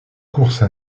course